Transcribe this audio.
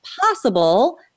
possible